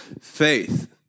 Faith